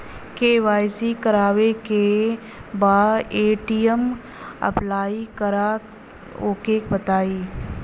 KYC करावे के बा ए.टी.एम अप्लाई करा ओके बताई?